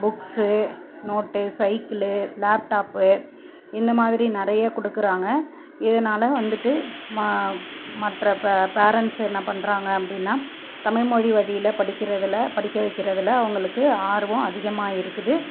books note cycle laptop இந்த மாதிரி நிறையா கொடுக்குறாங்க இதனால வந்துட்டு மா மற்ற பே பேரண்ட்ஸ் என்ன பண்ணுறாங்க அப்படின்னா தமிழ்மொழி வழியில் படிக்கிறதுல படிக்க வைக்கிறதில் அவங்களுக்கு ஆர்வம் அதிகமாக இருக்குது